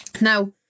Now